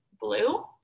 blue